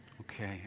Okay